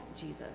Jesus